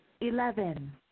Eleven